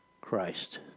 Christ